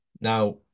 Now